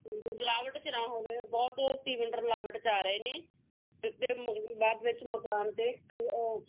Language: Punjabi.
ਮਿਲਾਟਵ 'ਚ ਨਾ ਹੋਵੇ ਬਹੁਤ ਸੀਮਿੰਟ ਰਲਾਵਟ 'ਚ ਆ ਰਹੇ ਨੇ ਅਤੇ ਮਗਰੋਂ ਬਾਅਦ ਦੇ ਵਿੱਚ ਮਕਾਨ 'ਤੇ ਕਲ਼ਰ